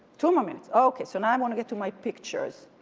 two more minutes okay, so now i um want to get to my pictures.